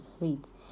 reads